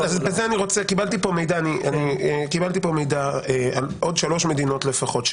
קיבלתי מידע על עוד שלוש מדינות, לפחות.